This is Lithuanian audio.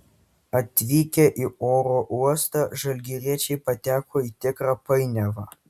atvykę į oro uostą žalgiriečiai pateko į tikrą painiavą